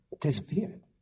disappeared